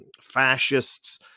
fascists